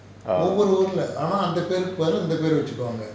err